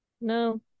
No